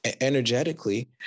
energetically